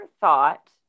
thought